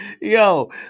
Yo